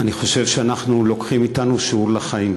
אני חושב שאנחנו לוקחים אתנו שיעור לחיים,